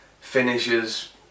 finishes